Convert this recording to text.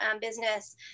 business